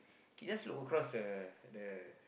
you can just look across the the